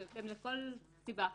בגלל כל סיבה אחרת.